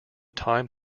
time